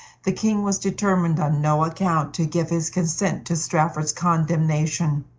the king was determined on no account to give his consent to strafford's condemnation.